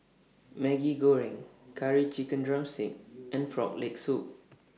Maggi Goreng Curry Chicken Drumstick and Frog Leg Soup